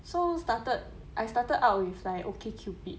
so started I started out with like ok-cupid